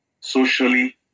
socially